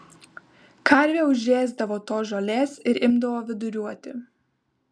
karvė užėsdavo tos žolės ir imdavo viduriuoti